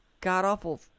god-awful